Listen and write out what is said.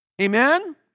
Amen